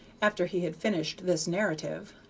after he had finished this narrative,